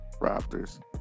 Raptors